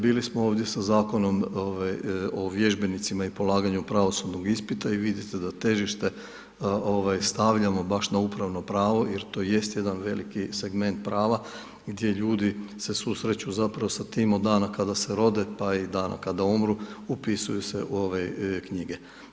Bili smo ovdje sa Zakonom o vježbenicima i polaganju pravosudnog ispita i vidite da težište stavljamo baš na upravno pravo jer to jest jedan veliki segment prava gdje ljudi se susreću zapravo sa tim od dana kada se rode, pa i dana kada umru, upisuju se u ove knjige.